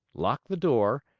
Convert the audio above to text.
locked the door,